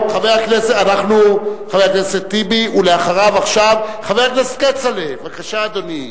חבר הכנסת כצל'ה, בבקשה, אדוני.